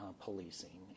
policing